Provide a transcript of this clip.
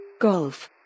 Golf